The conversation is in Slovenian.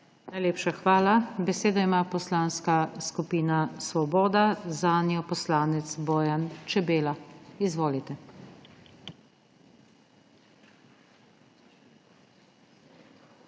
Najlepša hvala. Besedo ima Poslanska skupina Svoboda, zanjo poslanec Bojan Čebela. Izvolite.